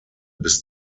bis